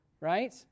right